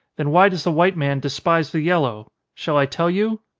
then why does the white man despise the yellow? shall i tell you?